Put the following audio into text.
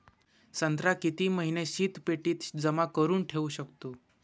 संत्रा किती महिने शीतपेटीत जमा करुन ठेऊ शकतो?